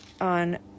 on